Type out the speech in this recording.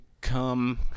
come